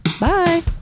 Bye